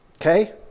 okay